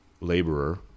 laborer